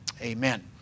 Amen